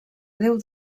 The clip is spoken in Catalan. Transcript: déu